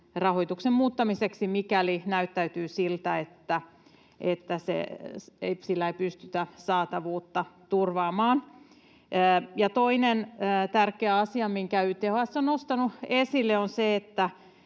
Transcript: rahoituksen muuttamiseksi, mikäli näyttää siltä, että sillä ei pystytä saatavuutta turvaamaan. Toinen tärkeä asia, minkä YTHS on nostanut esille, on se,